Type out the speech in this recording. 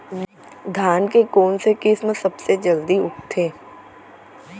धान के कोन से किसम सबसे जलदी उगथे?